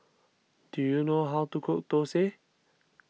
do you know how to cook Thosai